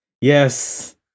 yes